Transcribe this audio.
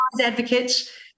Advocates